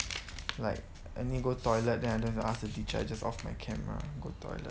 like I need go toilet then I don't need ask the teacher I just off my camera go toilet